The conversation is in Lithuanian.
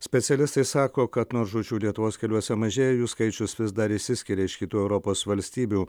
specialistai sako kad nors žūčių lietuvos keliuose mažėja jų skaičius vis dar išsiskiria iš kitų europos valstybių